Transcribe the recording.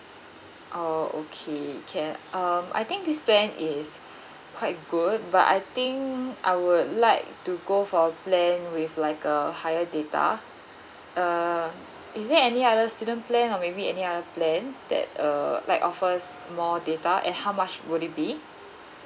oh okay can um I think this plan is quite good but I think I would like to go for plan with like a higher data uh is there any other student plan or maybe any other plan that uh like offers more data and how much would it be